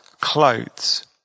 clothes